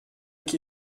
qui